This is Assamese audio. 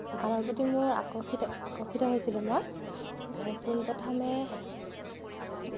গানৰ প্ৰতি মোৰ আকৰ্ষিত আকৰ্ষিত হৈছিলোঁ মই পোনপ্ৰথমে